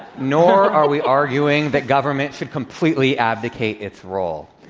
nor are we arguing that government should completely abdicate its role.